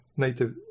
native